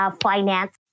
finance